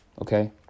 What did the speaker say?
Okay